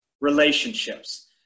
Relationships